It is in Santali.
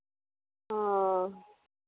ᱚᱻ